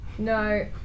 No